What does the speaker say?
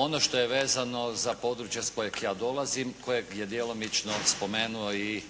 ono što je vezano za područje s kojega ja dolazim kojeg je djelomično spomenuo i